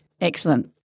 Excellent